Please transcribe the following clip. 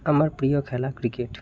আমার প্রিয় খেলা ক্রিকেট